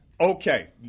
Okay